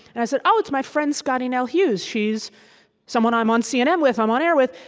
and i said, oh, it's my friend scottie nell hughes. she's someone i'm on cnn with, i'm on air with.